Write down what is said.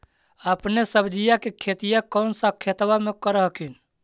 अपने सब्जिया के खेतिया कौन सा खेतबा मे कर हखिन?